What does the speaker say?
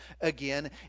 again